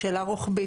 זו שאלה רוחבית,